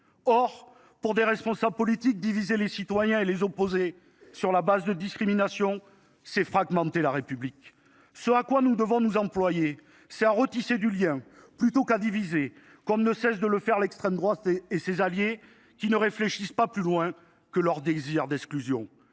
Or, quand des responsables politiques divisent les citoyens et les opposent sur la base de discriminations, ils fragmentent la République. Ce à quoi nous devons nous employer, c’est à retisser du lien, plutôt qu’à diviser, comme ne cessent de le faire l’extrême droite et ses alliés, dont la réflexion se limite à leur désir d’exclusion.